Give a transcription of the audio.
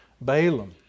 Balaam